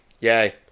yay